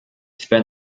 spent